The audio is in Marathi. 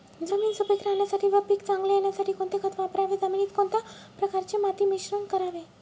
जमीन सुपिक राहण्यासाठी व पीक चांगले येण्यासाठी कोणते खत वापरावे? जमिनीत कोणत्या प्रकारचे माती मिश्रण करावे?